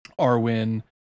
arwen